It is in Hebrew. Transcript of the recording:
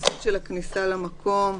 ויסות של הכניסה למקום,